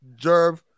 Jerv